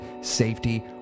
safety